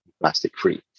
plastic-free